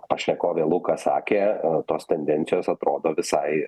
pašnekovė luka sakė a tos tendencijos atrodo visai